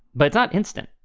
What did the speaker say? but not instant.